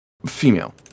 Female